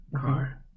car